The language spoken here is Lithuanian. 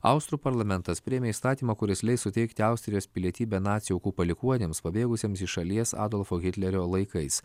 austrų parlamentas priėmė įstatymą kuris leis suteikti austrijos pilietybę nacių aukų palikuonims pabėgusiems iš šalies adolfo hitlerio laikais